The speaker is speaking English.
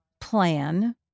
plan